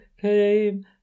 came